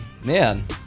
man